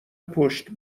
پشت